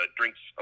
drinks